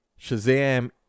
shazam